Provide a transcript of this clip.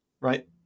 right